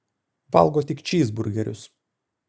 valgo tik čyzburgerius